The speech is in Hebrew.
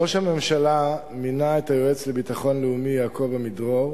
ראש הממשלה מינה את היועץ לביטחון לאומי יעקב עמידרור